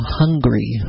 hungry